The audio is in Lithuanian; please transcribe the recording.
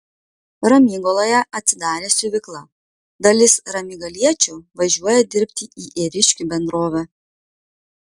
ramygaloje atsidarė siuvykla dalis ramygaliečių važiuoja dirbti į ėriškių bendrovę